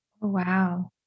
Wow